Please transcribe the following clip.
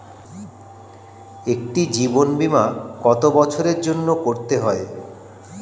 একটি জীবন বীমা কত বছরের জন্য করতে হয়?